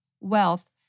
wealth